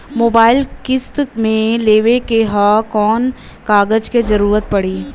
Mobile किस्त मे लेवे के ह कवन कवन कागज क जरुरत पड़ी?